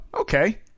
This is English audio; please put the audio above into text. okay